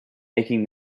making